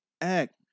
act